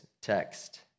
text